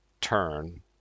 turn